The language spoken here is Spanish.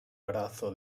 brazo